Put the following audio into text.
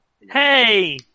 hey